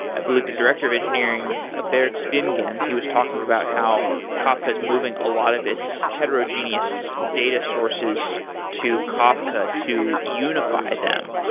i believe the director of engineering, ah boerge svingen, he was talking about how kafka is moving a lot of its heterogeneous data sources to kafka to unify them,